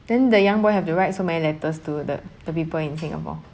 then the young boy have the write so many letters to the the people in singapore